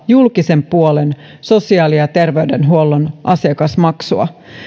julkisen puolen sosiaali ja terveydenhuollon asiakasmaksua